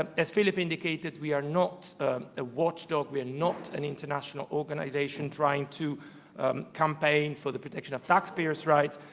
um as philip indicated, we are not a watchdog, we're not an international organization trying to campaign for the protection of taxpayers' rights,